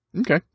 Okay